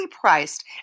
priced